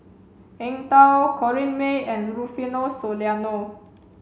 Eng Tow Corrinne May and Rufino Soliano